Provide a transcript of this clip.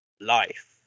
life